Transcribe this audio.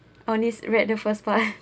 only read the first part